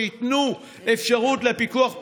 שייתנו אפשרות לפיקוח פרלמנטרי.